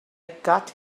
got